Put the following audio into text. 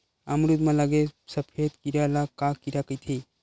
अमरूद म लगे सफेद कीरा ल का कीरा कइथे?